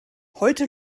heute